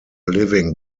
living